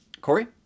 Corey